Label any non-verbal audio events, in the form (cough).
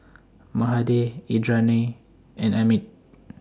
(noise) Mahade Indranee and Amit (noise)